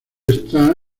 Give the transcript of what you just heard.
está